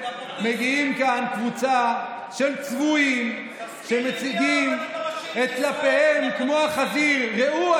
מגיעים כאן קבוצה של צבועים שמציגים את טלפיהם כמו החזיר: ראו,